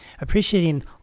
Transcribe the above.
appreciating